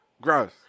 Gross